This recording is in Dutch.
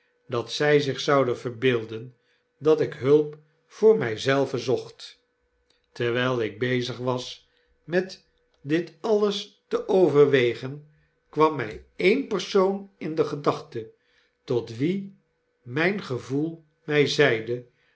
dat zj zich zouden verbeelden dat ik hulp voor my zelven zocht terwyl ik bezig was met dit alles te overwegen kwam my een persoon in de gedachte tot wien myn gevoel mg zeide